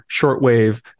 shortwave